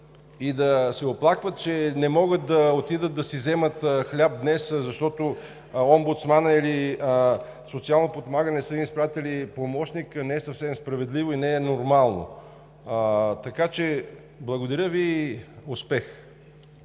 и да се оплакват, че не могат да отидат да си вземат хляб днес, защото омбудсманът или „Социално подпомагане“ не са им изпратили помощник, не е съвсем справедливо и не е нормално. Благодаря Ви и успех!